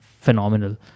phenomenal